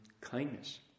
kindness